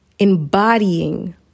Embodying